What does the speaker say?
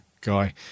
guy